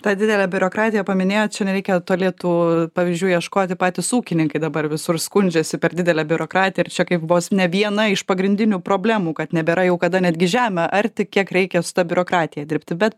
tą didelę biurokratiją paminėjot čia nereikia toli tų pavyzdžių ieškoti patys ūkininkai dabar visur skundžiasi per didelę biurokratiją ir čia kaip vos ne viena iš pagrindinių problemų kad nebėra jau kada netgi žemę ar tik kiek reikia su ta biurokratija dirbti bet